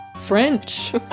French